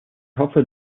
hoffe